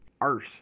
arse